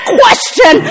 question